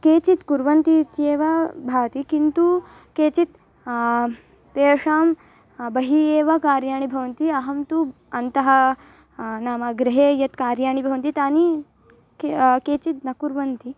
केचित्कुर्वन्ति इत्येव भाति किन्तु केचित् तेषां बहिःएव कार्याणि भवन्ति अहं तु अन्तः नाम गृहे यत्कार्याणि भवन्ति तानि केकेचिद् न कुर्वन्ति